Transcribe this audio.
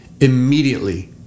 Immediately